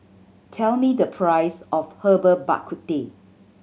tell me the price of Herbal Bak Ku Teh